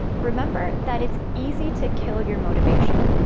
remember that it's easy to kill your motivation.